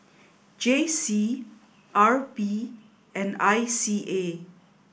J C R P and I C A